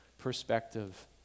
perspective